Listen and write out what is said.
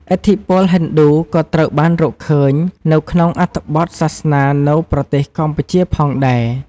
ឥទ្ធិពលហិណ្ឌូក៏ត្រូវបានរកឃើញនៅក្នុងអត្ថបទសាសនានៅប្រទេសកម្ពុជាផងដែរ។